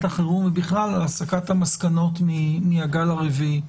החירום ובכלל הסקת המסקנות מהגל הרביעי.